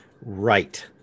right